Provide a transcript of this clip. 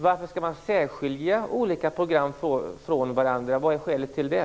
Varför skall man särskilja olika program från varandra? Vad är skälet till det?